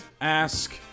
Ask